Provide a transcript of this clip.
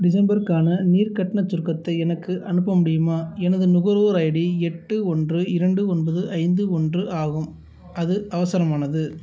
டிசம்பருக்கான நீர் கட்டணச் சுருக்கத்தை எனக்கு அனுப்ப முடியுமா எனது நுகர்வோர் ஐடி எட்டு ஒன்று இரண்டு ஒன்பது ஐந்து ஒன்று ஆகும் அது அவசரமானது